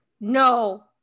no